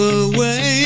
away